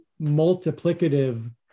multiplicative